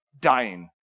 dying